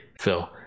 Phil